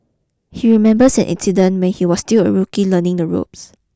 he remembers an incident when he was still a rookie learning the ropes